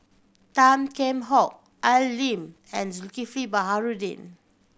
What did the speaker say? Tan Kheam Hock Al Lim and Zulkifli Baharudin